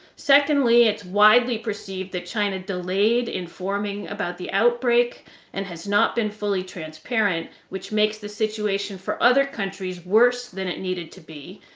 secondly, it's widely perceived that china delayed informing about the outbreak and has not been fully transparent, which makes the situation for other countries worse than it needed to be.